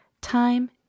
Time